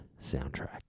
soundtrack